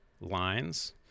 lines